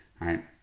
right